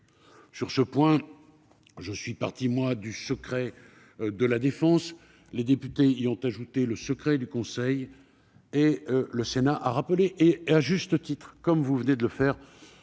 Sur ce point, je suis parti du secret de la défense ; les députés y ont ajouté le secret du conseil ; et le Sénat a rappelé, à juste titre, comme vous venez de le faire,